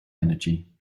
energy